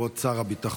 כבוד שר הביטחון,